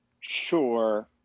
sure